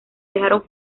dejaron